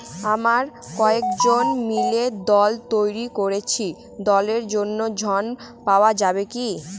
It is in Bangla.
আমরা কয়েকজন মিলে দল তৈরি করেছি দলের জন্য ঋণ পাওয়া যাবে কি?